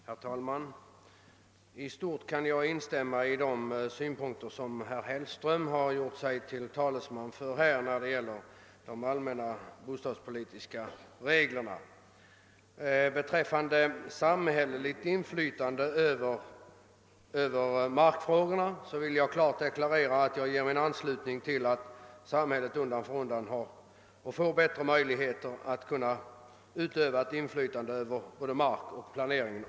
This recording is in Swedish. Herr talman! I stort sett kan jag in stämma i de synpunkter som herr Hellström har gjort sig till talesman för när det gäller de allmänna bostadspolitiska reglerna. Jag vill också klart deklarera att jag ger min anslutning till den uppfattningen att samhället undan för undan bör få bättre möjligheter att utöva inflytande över markplaneringen.